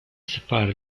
separa